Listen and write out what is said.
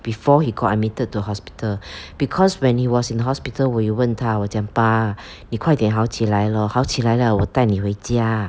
before he got admitted to hospital because when he was in hospital 我有问他我讲爸你快点好起来 lor 好起来了我带你回家